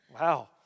wow